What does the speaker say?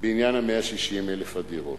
בעניין 160,000 הדירות,